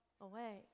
away